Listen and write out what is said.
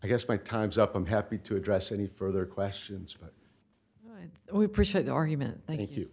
i guess my time's up i'm happy to address any further questions but we appreciate the argument thank you